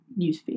newsfeed